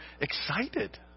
excited